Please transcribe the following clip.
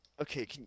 okay